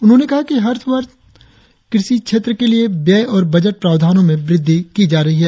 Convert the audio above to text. उन्होंने कहा कि हर वर्ष कृषि क्षेत्र के लिए व्यय और बजट प्रावधानों में वृद्धि की जा रही है